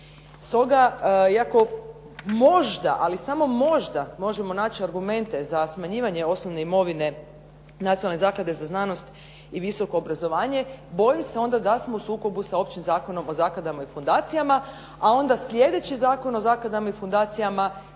Stoga iako možda, ali samo možda, možemo naći argumente za smanjivanje osnovne imovine Nacionalne zaklade za znanost i visoko obrazovanje, bojim se onda da smo u sukobu sa općim Zakonom o zakladama i fundacijama, a onda sljedeći Zakon o zakladama i fundacijama